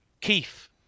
Keith